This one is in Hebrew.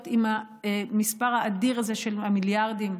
עם המספר האדיר הזה של המיליארדים,